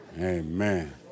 Amen